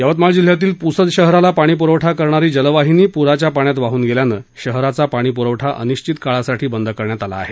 यवतमाळ जिल्ह्यातील पुसद शहराला पाणी पुरवठा करणारी जलवाहिनी पुराच्या पाण्यात वाहून गेल्यानं शहराचा पाणीपुरवठा अनिश्वित काळासाठी बंद करण्यात आला आहे